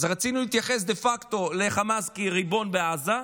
אז רצינו להתייחס דה יורה לחמאס כריבון בעזה,